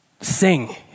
sing